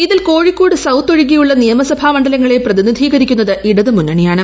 ഇതിൽ ്കോഴിക്കോട് സൌത്ത് ഒഴികെയുള്ള നിയമസഭാ മണ്ഡലങ്ങളെ പ്രതിനിധീകരിക്കുന്നത് ഇടതു മുന്നണിയാണ്